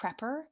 prepper